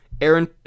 aaron